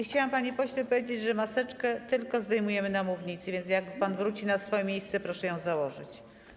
Chciałam, panie pośle, powiedzieć, że maseczkę zdejmujemy tylko na mównicy, więc jak pan wróci na swoje miejsce, proszę ją założyć.